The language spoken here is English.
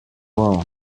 room